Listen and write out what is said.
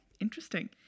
Interesting